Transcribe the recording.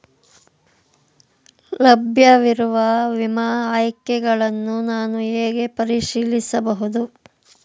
ಲಭ್ಯವಿರುವ ವಿಮಾ ಆಯ್ಕೆಗಳನ್ನು ನಾನು ಹೇಗೆ ಪರಿಶೀಲಿಸಬಹುದು?